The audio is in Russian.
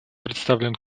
представлен